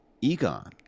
Egon